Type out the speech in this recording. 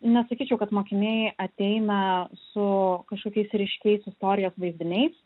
nesakyčiau kad mokiniai ateina su kažkokiais ryškiais istorijos vaizdiniais